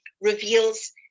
reveals